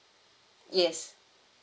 yes